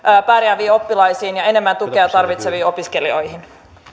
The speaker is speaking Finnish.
pärjääviin oppilaisiin ja enemmän tukea tarvitseviin opiskelijoihin